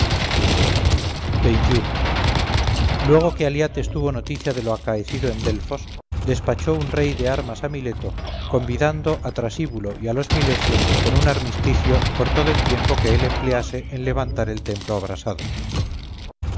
oportuno luego que aliates tuvo noticia de lo acaecido en delfos despachó un rey de armas a mileto convidando a trasíbulo y a los milesios con un armisticio por todo el tiempo que él emplease en levantar el templo abrasado